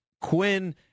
Quinn